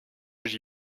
j’y